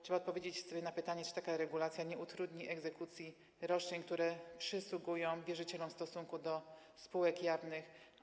Trzeba odpowiedzieć sobie na pytanie, czy taka regulacja nie utrudni egzekucji roszczeń, które przysługują wierzycielom w stosunku do spółek jawnych.